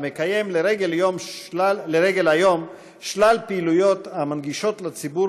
המקיים לרגל יום זה שלל פעילויות המנגישות לציבור